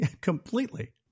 completely